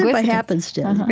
by happenstance.